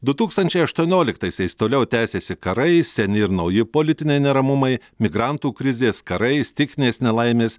du tūkstančiai aštuonioliktaisiais toliau tęsėsi karai seni ir nauji politiniai neramumai migrantų krizės karai stichinės nelaimės